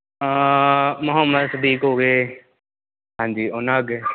ਹਾਂ ਮੁਹੰਮਦ ਸਦੀਕ ਹੋ ਗਏ ਹਾਂਜੀ ਉਹਨਾਂ ਅੱਗੇ